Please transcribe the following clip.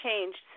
changed